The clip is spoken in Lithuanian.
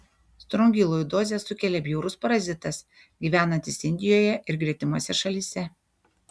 strongiloidozę sukelia bjaurus parazitas gyvenantis indijoje ir gretimose šalyse